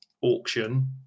auction